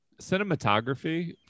cinematography